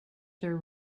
their